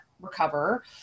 recover